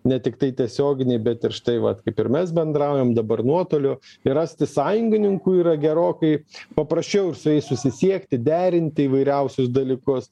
ne tiktai tiesioginiai bet ir štai vat kaip ir mes bendraujam dabar nuotoliu ir rasti sąjungininkų yra gerokai paprasčiau ir su jais susisiekti derinti įvairiausius dalykus